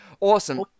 awesome